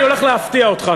אני הולך להפתיע אותך.